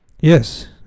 Yes